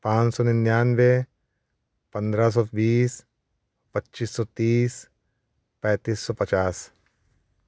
पाँच सौ निन्यानवे पंद्रह सौ बीस पच्चीस सौ तीस पैंतीस सौ पचास